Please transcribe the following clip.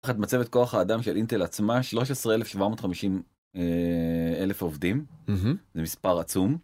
מבחינת מצבת את כוח האדם של אינטל עצמה 13,750 אלף עובדים, זה מספר עצום.